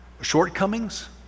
shortcomings